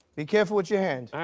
be careful with your hand.